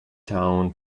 town